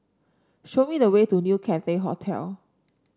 show me the way to New Cathay Hotel